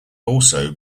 also